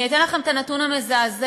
אתן לכם את הנתון המזעזע: